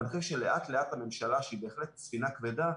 אני חושב שלאט לאט הממשלה שהיא בהחלט ספינה כבדה,